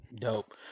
Dope